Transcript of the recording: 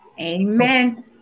Amen